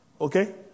Okay